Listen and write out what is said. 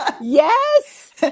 Yes